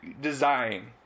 design